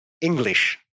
English